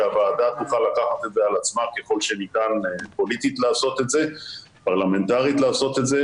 שהוועדה תוכל לקחת את זה על עצמה ככל שניתן פרלמנטרית לעשות את זה,